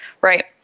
Right